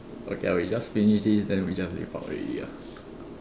okay ah we just finish this then we just lepak already ah